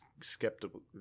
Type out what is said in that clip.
skeptical